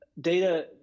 data